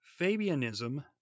Fabianism